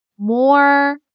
more